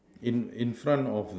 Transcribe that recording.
in in front of the